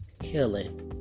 Healing